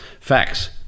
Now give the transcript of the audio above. facts